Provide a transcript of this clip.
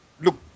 look